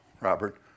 Robert